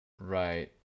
Right